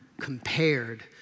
compared